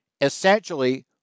essentially